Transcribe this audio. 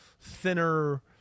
thinner